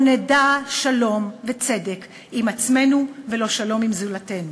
לא נדע שלום וצדק עם עצמנו ולא שלום עם זולתנו.